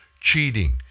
cheating